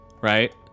Right